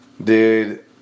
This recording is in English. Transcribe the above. Dude